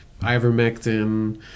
ivermectin